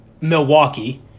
Milwaukee